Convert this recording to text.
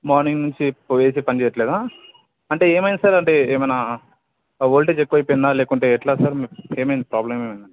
morning నుంచి పో AC పని చేయట్లేదా అంటే ఏమైంది సార్ అంటే ఏమన్న వోల్టేజ్ ఎక్కువ అయిపోయిందా లేకుంటే ఎట్లా సార్ ఏమైంది ప్రోబ్లం ఏమైంది అండి